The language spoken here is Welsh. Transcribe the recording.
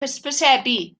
hysbysebu